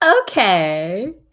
okay